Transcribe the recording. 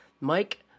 Mike